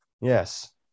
yes